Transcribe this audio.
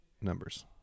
numbers